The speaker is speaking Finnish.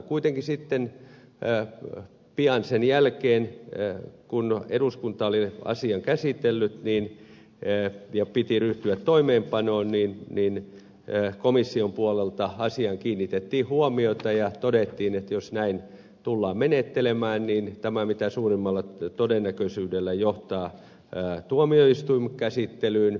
kuitenkin sitten pian sen jälkeen kun eduskunta oli asian käsitellyt ja piti ryhtyä toimeenpanoon komission puolelta asiaan kiinnitettiin huomiota ja todettiin että jos näin tullaan menettelemään tämä mitä suurimmalla todennäköisyydellä johtaa tuomioistuinkäsittelyyn